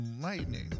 lightning